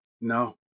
No